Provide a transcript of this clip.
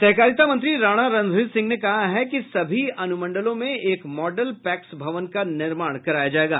सहकारिता मंत्री राणा रणधीर सिंह ने कहा है कि सभी अनुमंडलों में एक मॉडल पैक्स भवन का निर्माण कराया जायेगा